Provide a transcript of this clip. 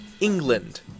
England